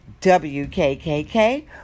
WKKK